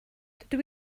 dydw